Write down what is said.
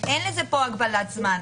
אין פה הגבלת זמן.